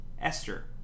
Esther